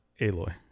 Aloy